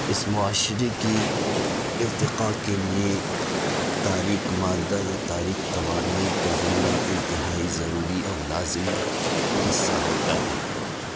اس معاشرے کی ارتقا کے لیے تاریک مادہ یا تاریک توانائی کا ہونا انتہائی ضروری اور لازمی حصہ ہوتا ہے